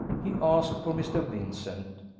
he asked for mr. vincent.